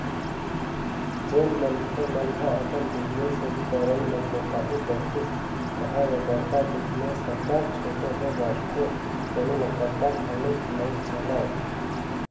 जेन मनखे मन ह अपन बिजनेस के करई म कोताही बरतिस तहाँ ले बड़का बिजनेस ह कब छोटे हो जाथे कोनो ल पता घलोक नइ चलय